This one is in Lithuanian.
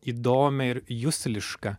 įdomią ir juslišką